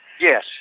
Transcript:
Yes